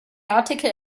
article